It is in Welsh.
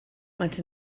maent